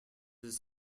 his